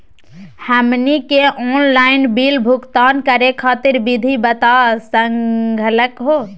हमनी के online bill भुगतान करे खातीर विधि बता सकलघ हो?